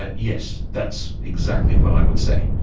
ah yes, that's exactly what i would say.